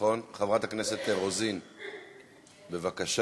חברת הכנסת רוזין, בבקשה,